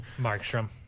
Markstrom